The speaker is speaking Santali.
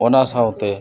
ᱚᱱᱟ ᱥᱟᱶᱛᱮ